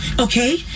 Okay